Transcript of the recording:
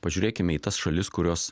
pažiūrėkime į tas šalis kurios